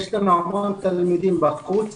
יש לנו המון תלמידים בחוץ